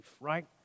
right